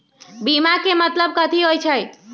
बीमा के मतलब कथी होई छई?